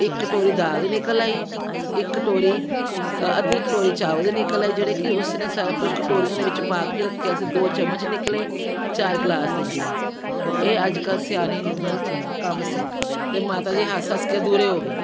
ਇੱਕ ਕਟੋਰੀ ਦਾਲ ਦੀ ਨਿਕਲ ਆਈ ਇੱਕ ਕਟੋਰੀ ਅੱਧੀ ਕਟੋਰੀ ਚਵਾਲ ਦੀ ਨਿਕਲ ਆਈ ਜਿਹੜੇ ਕਿ ਉਸਨੇ ਸ ਕੁਛ ਕਟੋਰੀਆਂ ਦੇ ਵਿੱਚ ਪਾ ਕੇ ਰੱਖਿਆ ਸੀ ਦੋ ਚਮਚ ਨਿਕਲੇ ਚਾਰ ਗਲਾਸ ਨਿਕਲੇ ਇਹ ਅੱਜ ਕੱਲ੍ਹ ਸਿਆਣੀ ਨੂੰਹ ਦਾ ਕੰਮ ਸੀ ਅਤੇ ਮਾਤਾ ਜੀ ਹੱਸ ਹੱਸ ਕੇ ਦੂਰੇ ਹੋ ਗਏ